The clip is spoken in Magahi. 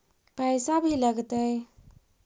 पैसा भी लगतय?